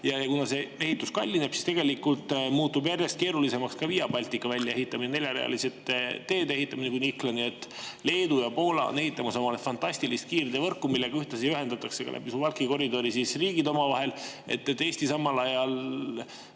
Ja kuna see ehitus kallineb, siis tegelikult muutub järjest keerulisemaks ka Via Baltica väljaehitamine, neljarealiste teede ehitamine kuni Iklani. Leedu ja Poola ehitavad fantastilist kiirteevõrku, millega ühtlasi ühendatakse ka läbi Suwałki koridori riigid omavahel. Eesti samal ajal